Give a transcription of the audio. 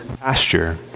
pasture